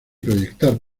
proyectar